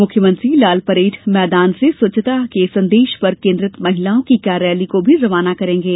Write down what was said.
मुख्यमंत्री आज लालपरेड ग्राउण्ड से स्वच्छता के संदेश पर केन्द्रित महिलाओं की कार रैली को भी रवाना करेंगे